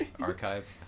archive